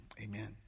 amen